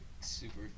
super